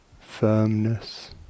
firmness